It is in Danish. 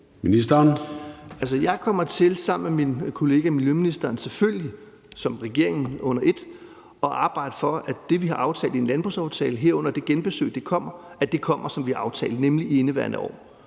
Jeg kommer til sammen med min kollega miljøministeren, og selvfølgelig som regering under et, at arbejde for det, vi har aftalt i en landbrugsaftale, herunder at det genbesøg kommer, som vi har aftalt, nemlig i indeværende år.